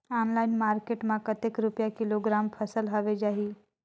Online market मां कतेक रुपिया किलोग्राम फसल हवे जाही?